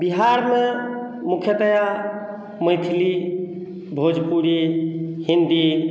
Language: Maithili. बिहारमे मुख्यतया मैथिली भोजपुरी हिन्दी